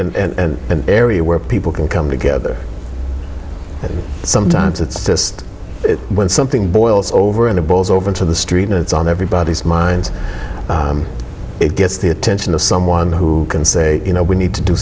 create and an area where people can come together sometimes it's just when something boils over in the bowls over into the street it's on everybody's minds it gets the attention of someone who can say you know we need to do